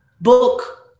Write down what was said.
Book